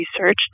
research